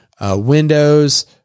Windows